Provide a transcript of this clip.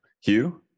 Hugh